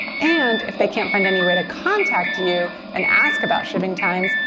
and if they can't find any way to contact you and ask about shipping times,